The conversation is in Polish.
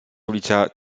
ulica